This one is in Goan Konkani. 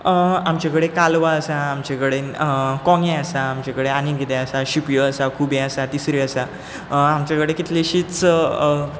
आमचे कडेन कालवां आसा आमचे कडेन कोंगे आसा आमचे कडेन आनीक कितें आसा शिंपयो आसात खूबे आसात तिसऱ्यो आसात आमचे कडेन कितलींशींच